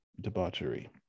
debauchery